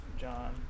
John